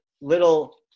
little